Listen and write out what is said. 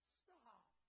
stop